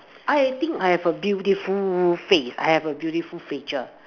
I think I have a beautiful face I have a beautiful face